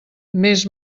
més